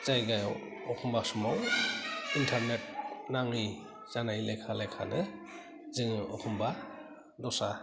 जायगायाव एखनब्ला समाव इनटारनेट नाङि जानाय लेखा लेखानो जोङो एखनब्ला दस्रा